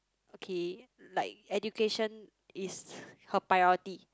okay like education is her priority